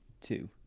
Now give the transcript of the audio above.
two